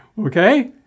Okay